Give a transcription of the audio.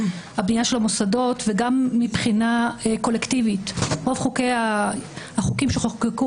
וגם מבחינה קולקטיבית רוב החוקים שנחקקו